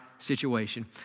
situation